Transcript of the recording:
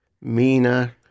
Mina